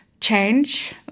change